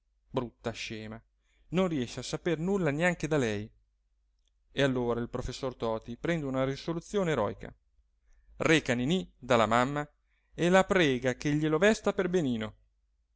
brutta scema non riesce a saper nulla neanche da lei e allora il professor toti prende una risoluzione eroica reca ninì dalla mamma e la prega che glielo vesta per benino